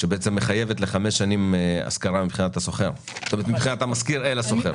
שמחייבת לחמש שנים השכרה מבחינת המשכיר אל השוכר.